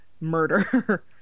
murder